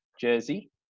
jersey